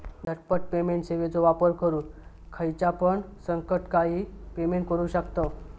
झटपट पेमेंट सेवाचो वापर करून खायच्यापण संकटकाळी पेमेंट करू शकतांव